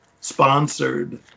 sponsored